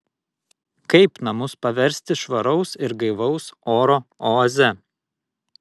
kaip namus paversti švaraus ir gaivaus oro oaze